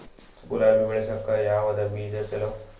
ಗುಲಾಬಿ ಬೆಳಸಕ್ಕ ಯಾವದ ಬೀಜಾ ಚಲೋ?